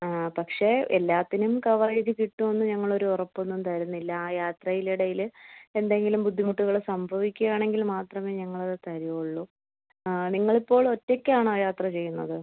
പക്ഷെ എല്ലാത്തിനും കവറേജ് കിട്ടുവെന്ന് ഞങ്ങൾ ഒരു ഉറപ്പും തരുന്നില്ല ആ യാത്രയിൽ ഇടയിൽ എന്തെങ്കിലും ബുദ്ധിമുട്ടുകള് സംഭവിക്കുകയാണെങ്കിൽ മാത്രമേ ഞങ്ങള് തരികയുള്ളൂ നിങ്ങളിപ്പോളൊറ്റയ്ക്കാണൊ യാത്ര ചെയ്യുന്നത്